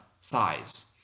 size